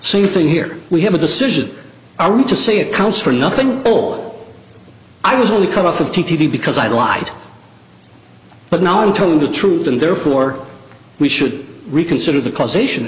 something here we have a decision i want to say it counts for nothing all i was only cut off of t v because i lied but now i'm telling the truth and therefore we should reconsider the causation